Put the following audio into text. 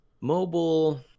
mobile